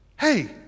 Hey